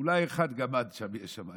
אולי אחד גמד יש שם.